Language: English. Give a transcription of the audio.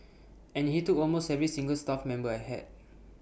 and he took almost every single staff member I had